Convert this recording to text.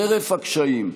חרף הקשיים,